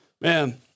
man